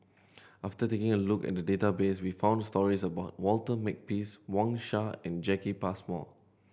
after taking a look at the database we found stories about Walter Makepeace Wang Sha and Jacki Passmore